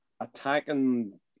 attacking